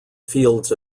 fields